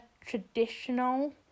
traditional